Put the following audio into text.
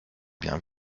bien